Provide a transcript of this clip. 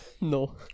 No